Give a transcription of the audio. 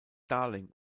darling